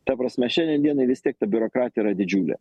ta prasme šiandien dienai vis tiek ta biurokratija yra didžiulė